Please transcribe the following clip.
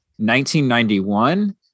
1991